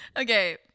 Okay